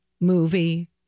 movie